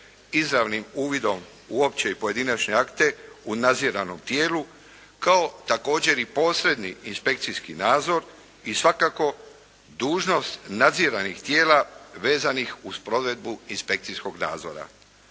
izravnim uvidom u opće i pojedinačne akte u naziranom tijelu kao također i posebnim inspekcijski nadzor i svakako dužnost nadziranih tijela vezanih uz provedbu inspekcijskog nadzora.